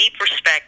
respect